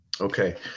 Okay